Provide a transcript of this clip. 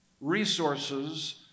resources